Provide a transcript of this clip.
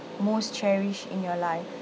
most cherished in your life